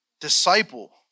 Disciple